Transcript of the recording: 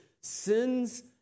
sin's